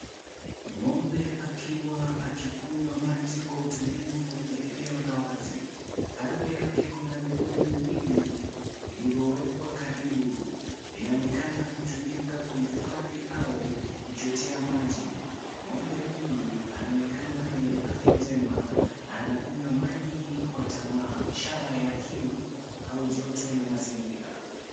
Ng'ombe akiwa akikunywa maji kwa utulivu kwenye eneo la wazi. Kando yake kuna vibuyu viwili vilivyo wekwa karibu. Vinaonekana kutumika kuhifadhia au kuchotea maji. Ng'ombe huyu anaonekana mwenye afya njema na anakunywa maji kwa tamaa, ishara ya kiuu au joto la mazingira.